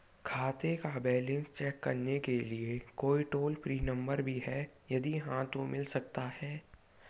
खाते का balance check करने के लिए कोई टॉल फ्री नम्बर भी है यदि हाँ तो मिल सकता है?